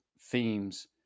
themes